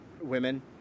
women